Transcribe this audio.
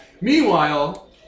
Meanwhile